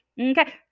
okay